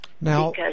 Now